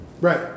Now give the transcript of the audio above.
Right